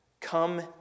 come